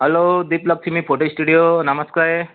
hello Deeplakshmi photo studio नमस्ते